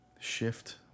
shift